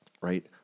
right